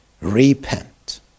repent